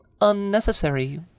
Unnecessary